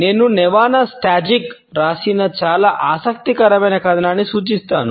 నేను నెవానా స్టాజ్సిక్ రాసిన చాలా ఆసక్తికరమైన కథనాన్ని సూచిస్తాను